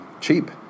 cheap